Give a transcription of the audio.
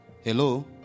Hello